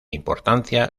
importancia